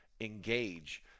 engage